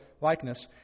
likeness